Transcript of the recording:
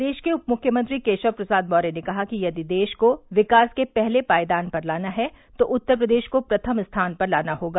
प्रदेश के उप मुख्यमंत्री केशव प्रसाद मौर्य ने कहा कि यदि देश को विकास के पहले पायदान पर लाना है तो उत्तर प्रदेश को प्रथम स्थान पर लाना होगा